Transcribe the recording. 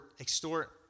extort